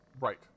Right